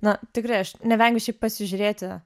na tikrai aš nevengiu šiaip pasižiūrėti